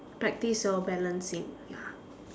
practice your balancing ya